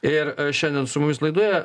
ir šiandien su mumis laidoje